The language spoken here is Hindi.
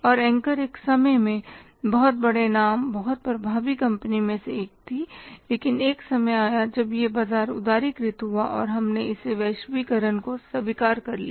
और एंकर एक समय में बहुत बड़े नाम बहुत प्रभावी कंपनी में से एक थी लेकिन एक समय आया जब यह बाजार उदारीकृत हुआ हमने इस वैश्वीकरण को स्वीकार कर लिया